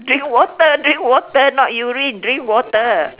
drink water drink water not urine drink water